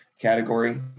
category